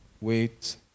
wait